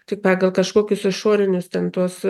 tik pagal kažkokius išorinius ten tuos